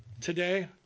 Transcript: today